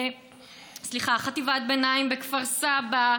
חטיבת ביניים בכפר סבא,